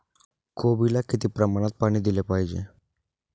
कोबीला किती प्रमाणात पाणी दिले पाहिजे?